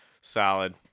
Solid